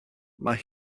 mae